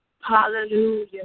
Hallelujah